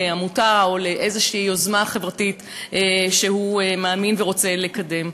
לעמותה או לאיזו יוזמה חברתית שהוא מאמין בה ורוצה לקדם.